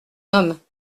homme